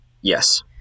Yes